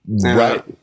Right